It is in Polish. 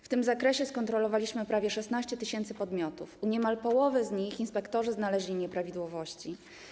W tym zakresie skontrolowaliśmy prawie 16 tys. podmiotów i niemal w połowie z nich inspektorzy znaleźli nieprawidłowości.